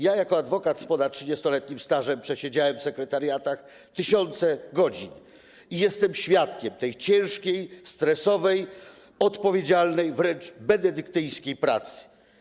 Jako adwokat z ponadtrzydziestoletnim stażem przesiedziałem w sekretariatach tysiące godzin i byłem świadkiem tej ciężkiej, stresującej, odpowiedzialnej, wręcz benedyktyńskiej pracy.